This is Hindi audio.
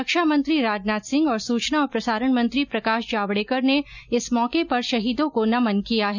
रक्षा मंत्री राजनाथ सिंह और सूचना और प्रसारण मंत्री प्रकाश जावड़ेकर ने इस मौके पर शहीदों को नमन किया है